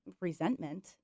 resentment